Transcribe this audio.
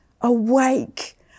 awake